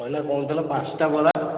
ଏଇନା କହୁଥିଲ ପାଞ୍ଚଟା ବରା